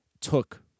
Took